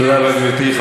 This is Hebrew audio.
תודה רבה, גברתי.